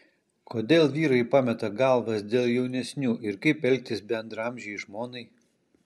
kodėl vyrai pameta galvas dėl jaunesnių ir kaip elgtis bendraamžei žmonai